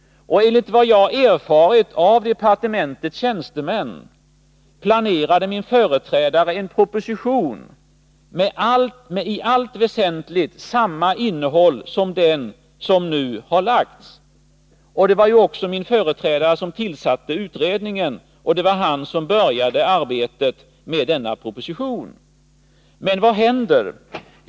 Enligt vad jag har erfarit av departementets tjänstemän planerade min företrädare en proposition med i allt väsentligt samma innehåll som den som nu har framlagts. Det var ju också min företrädare som tillsatte utredningen, och det var han som började arbetet med denna proposition. Men vad händer?